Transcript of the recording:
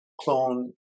clone